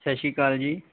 ਸਤਿ ਸ਼੍ਰੀ ਅਕਾਲ ਜੀ